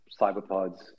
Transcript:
cyberpods